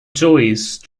joyce